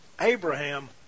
abraham